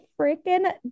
freaking